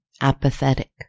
apathetic